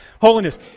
Holiness